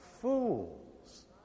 fools